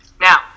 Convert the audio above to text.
Now